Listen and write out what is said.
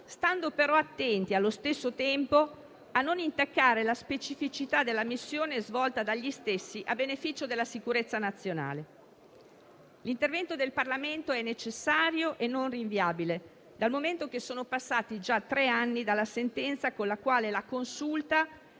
stando però attenti allo stesso tempo a non intaccare la specificità della missione svolta dagli stessi a beneficio della sicurezza nazionale. L'intervento del Parlamento è necessario e non rinviabile, dal momento che sono passati già tre anni dalla sentenza con la quale la Consulta